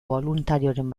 boluntarioren